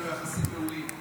אני לא הולך להאריך בעניין הזה,